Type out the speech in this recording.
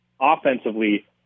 offensively